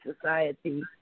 society